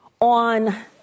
on